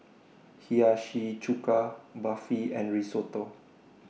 Hiyashi Chuka Barfi and Risotto